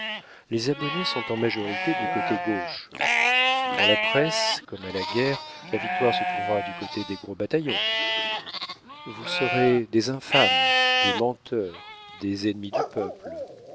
les abonnés sont en majorité du côté gauche dans la presse comme à la guerre la victoire se trouvera du côté des gros bataillons vous serez des infâmes des menteurs des ennemis du peuple